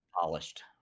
polished